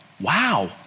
Wow